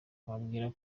nkababwira